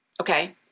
Okay